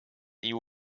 you